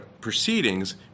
proceedings